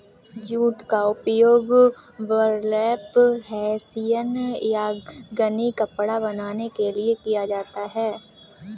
jute का उपयोग burlap hessian या गनी कपड़ा बनाने के लिए किया जाता है